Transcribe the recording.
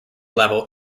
level